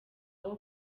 abo